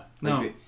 no